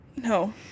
No